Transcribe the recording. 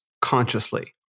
consciously